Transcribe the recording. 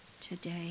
today